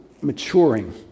maturing